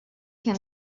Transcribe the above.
can